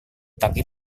tapi